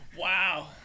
Wow